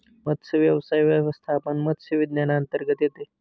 मत्स्यव्यवसाय व्यवस्थापन मत्स्य विज्ञानांतर्गत येते